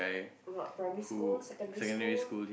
what primary school secondary school